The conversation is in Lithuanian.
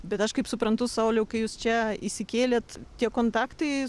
bet aš kaip suprantu sauliau kai jūs čia įsikėlėt tiek kontaktai